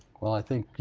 when, i think, you